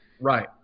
Right